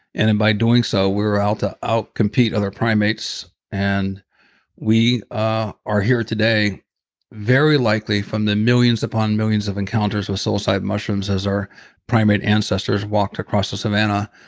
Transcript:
and in by doing so, we were out to out-compete other primates and we ah are here today very likely from the millions upon millions of encounters with psilocybin mushrooms as our primate ancestors walked across the savannah,